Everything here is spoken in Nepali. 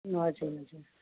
हजुर हजुर